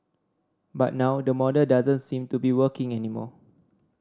but now that model doesn't seem to be working anymore